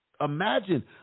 Imagine